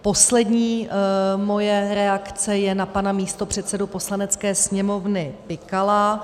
Moje poslední reakce je na pana místopředsedu Poslanecké sněmovny Pikala.